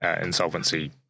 insolvency